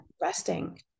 resting